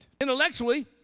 Intellectually